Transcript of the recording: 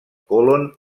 còlon